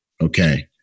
Okay